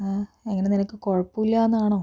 എഹ് എങ്ങനെ നിനക്ക് കുഴപ്പമില്ലാന്നാണോ